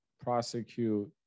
prosecute